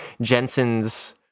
Jensen's